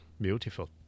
Beautiful